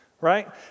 right